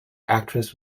actress